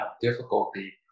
difficulty